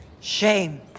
shame